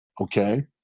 okay